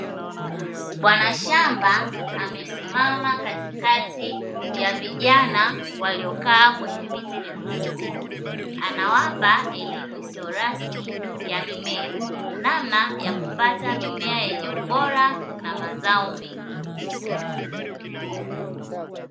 Bwana shamba amesimama katikati ya vijana waliokaa kwenye viti vya plastiki, anawapa elimu isiyo rasmi ya mimea namna ya kupata mimea yenye ubora na mazao mengi.